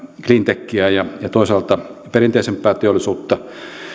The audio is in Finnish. cleantechiä ja toisaalta perinteisempää teollisuutta